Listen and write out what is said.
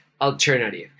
alternative